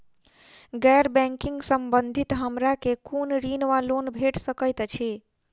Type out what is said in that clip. गैर बैंकिंग संबंधित हमरा केँ कुन ऋण वा लोन भेट सकैत अछि?